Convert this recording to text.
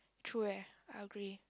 true eh I agree